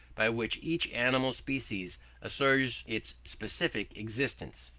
by which each animal species assures its specific existence.